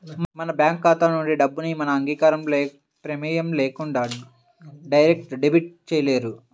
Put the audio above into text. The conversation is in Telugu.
మన బ్యేంకు ఖాతా నుంచి డబ్బుని మన అంగీకారం, ప్రమేయం లేకుండా డైరెక్ట్ డెబిట్ చేయలేరు